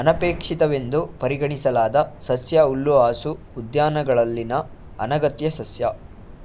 ಅನಪೇಕ್ಷಿತವೆಂದು ಪರಿಗಣಿಸಲಾದ ಸಸ್ಯ ಹುಲ್ಲುಹಾಸು ಉದ್ಯಾನಗಳಲ್ಲಿನ ಅನಗತ್ಯ ಸಸ್ಯ